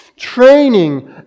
Training